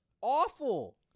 awful